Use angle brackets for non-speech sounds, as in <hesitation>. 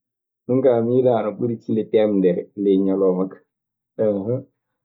<laughs> Ɗun kaa, a miilan ana ɓuri tile teemdere ley ñalawma kaa. <hesitation>